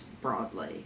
broadly